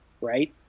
Right